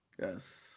Yes